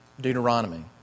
Deuteronomy